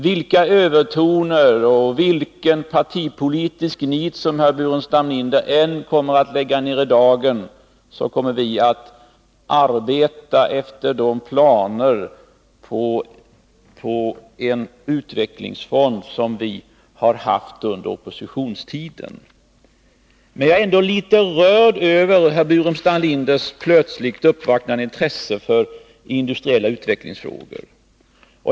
Vilka övertoner och vilket partipolitiskt nit som herr Burenstam Linder än lägger i dagen, kommer vi i alla fall att arbeta efter de planer på en utvecklingsfond som vi hade under oppositionstiden. Jag är emellertid litet rörd över herr Burenstam Linders plötsligt uppvaknande intresse för industriella utvecklingsfrågor.